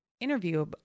interview